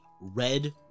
red